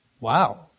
Wow